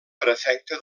prefecte